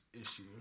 issue